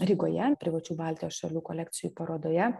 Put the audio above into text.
rygoje privačių baltijos šalių kolekcijų parodoje